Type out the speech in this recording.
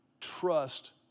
trust